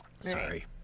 Sorry